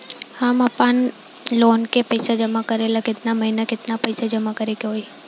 हम आपनलोन के पइसा जमा करेला केतना महीना केतना पइसा जमा करे के होई?